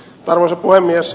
arvoisa puhemies